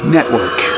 Network